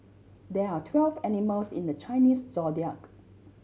there are twelve animals in the Chinese Zodiac